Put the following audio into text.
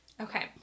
okay